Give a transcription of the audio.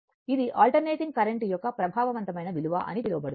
ఇది alternating current యొక్క ప్రభావవంతమైన విలువ అని పిలువబడుతుంది